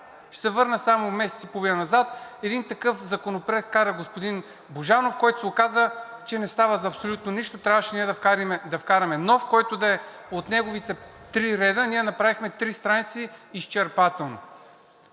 Ще се върна само месец и половина назад. Един такъв законопроект вкара господин Божанов, който се оказа, че не става за абсолютно нищо и трябваше ние да вкараме нов. От неговите три реда ние направихме три страници изчерпателно.